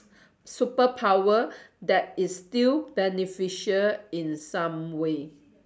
superpower that is still beneficial in some way